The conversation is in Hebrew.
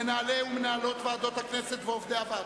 למנהלים ולמנהלות של ועדות הכנסת ולעובדי הוועדות,